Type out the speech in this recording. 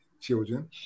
children